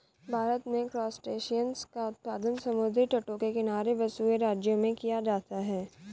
भारत में क्रासटेशियंस का उत्पादन समुद्री तटों के किनारे बसे हुए राज्यों में किया जाता है